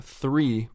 three